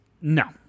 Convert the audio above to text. No